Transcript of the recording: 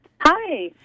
Hi